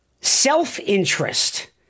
self-interest